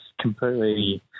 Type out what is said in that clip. completely